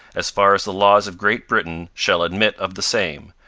as far as the laws of great britain shall admit of the same.